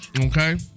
Okay